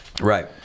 Right